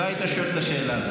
לא היית שואל את השאלה.